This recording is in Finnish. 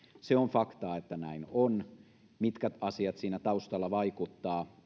se on faktaa että näin on siihen mitkä asiat siinä taustalla vaikuttavat